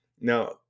Now